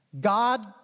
God